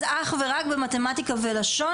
אז אך ורק במתמטיקה ולשון,